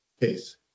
case